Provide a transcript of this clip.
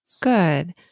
Good